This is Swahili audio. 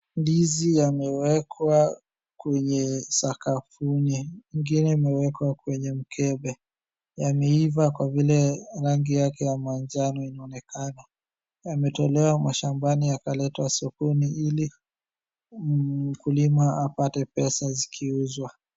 Ndizi yamewekwa kwenye sakafu, ingine imewekwa kwenye mkebe. Yameiva kwa vile rangi yake ya manjano inaonekana. Yametolewa mashambani yakaletwa sokoni ili mkulima apate pesa zikiuzwa.